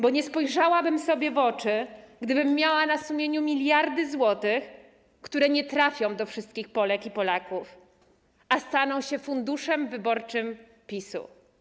Bo nie spojrzałabym sobie w oczy, gdybym miała na sumieniu miliardy złotych, które nie trafią do wszystkich Polek i Polaków, a staną się funduszem wyborczym PiS.